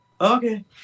okay